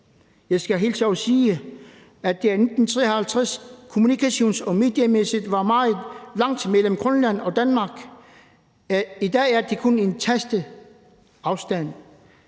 Jeg skal hilse og sige, at i 1953 var der kommunikations- og mediemæssigt meget langt mellem Grønland og Danmark. I dag er det kun et tastetryks afstand.